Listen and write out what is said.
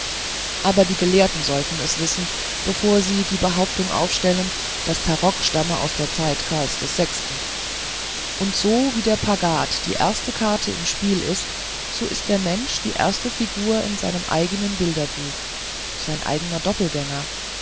aber die gelehrten sollten es wissen bevor sie die behauptung aufstellen das tarok stamme aus der zeit karls des sechsten und so wie der pagad die erste karte im spiel ist so ist der mensch die erste figur in seinem eignen bilderbuch sein eigner doppelgänger